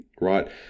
right